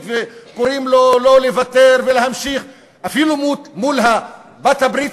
וקוראים לו לא לוותר ולהמשיך אפילו מול בעלת-הברית